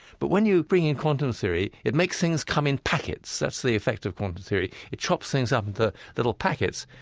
but when you bring in quantum theory, it makes things come in packets. that's the effect of quantum theory, it chops things up into little packets.